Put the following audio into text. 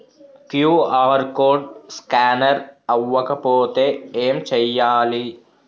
QR code scanner అవ్వకపోతే ఏం చేయాలి?